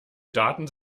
daten